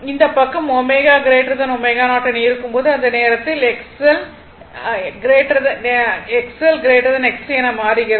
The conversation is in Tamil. இந்த பக்கம் ω ω0 என இருக்கும்போது அந்த நேரத்தில் X XL XC என மாறுகிறது